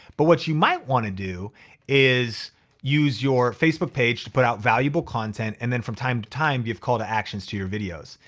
but what you might wanna do is use your facebook page to put out valuable content and then from time to time, give call to actions to your videos.